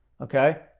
Okay